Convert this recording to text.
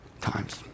times